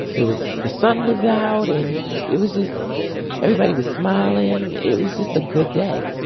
it was. the sun was out and it was just everybody was smiling. it was just a good day